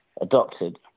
adopted